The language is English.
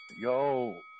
Yo